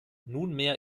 nunmehr